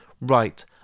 right